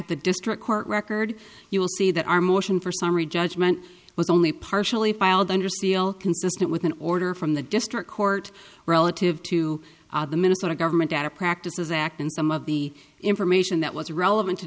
at the district court record you'll see that our motion for summary judgment was only partially filed under seal consistent with an order from the district court relative to the minnesota government data practices act and some of the information that was relevant to